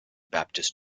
baptist